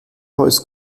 heuss